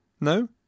No